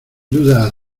duda